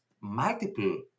multiple